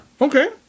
Okay